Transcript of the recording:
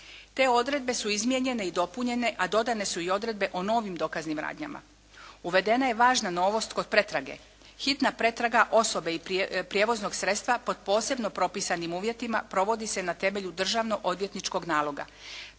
Te odredbe su izmijenjene i dopunjene a dodane su i odredbe o novim dokaznim radnjama. Uvedena je važna novost kod pretrage. Hitna pretraga osobe i prijevoznog sredstva pod posebno propisanim uvjetima provodi se na temelju državno odvjetničkog naloga.